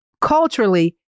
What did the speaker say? culturally